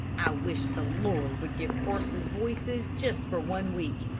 i wish the lord would give horses voices just for one week.